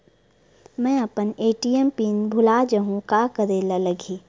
मैं अपन ATM pin भुला जहु का करे ला लगही?